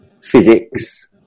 physics